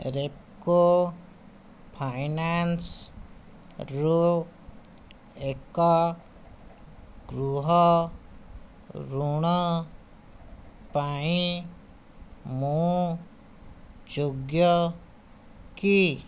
ରେପ୍କୋ ଫାଇନାନ୍ସରୁ ଏକ ଗୃହ ଋଣ ପାଇଁ ମୁଁ ଯୋଗ୍ୟ କି